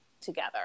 together